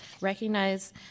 recognize